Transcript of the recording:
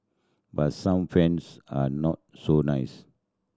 but some friends are not so nice